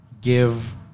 give